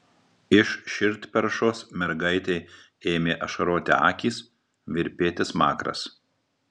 iš širdperšos mergaitei ėmė ašaroti akys virpėti smakras